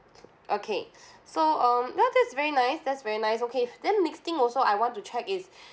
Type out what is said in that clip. okay okay so um ya that's very nice that's very nice okay then next thing also I want to check is